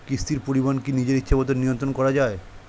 কিস্তির পরিমাণ কি নিজের ইচ্ছামত নিয়ন্ত্রণ করা যায়?